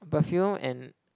perfume and